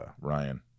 Ryan